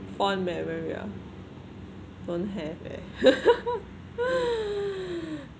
fond memory ah don't have eh